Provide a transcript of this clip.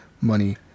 money